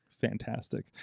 fantastic